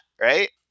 right